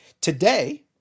Today